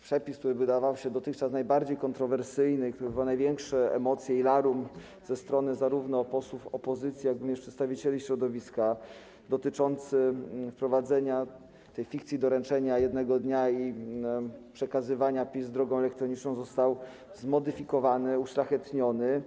Przepis, który wydawał się dotychczas najbardziej kontrowersyjny, który wywoływał największe emocje i larum ze strony zarówno posłów opozycji, jak i przedstawicieli środowiska dotyczący wprowadzenia fikcji doręczenia jednego dnia i przekazywania pism drogą elektroniczną został zmodyfikowany, uszlachetniony.